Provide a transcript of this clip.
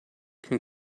can